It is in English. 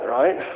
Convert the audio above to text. right